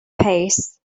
pace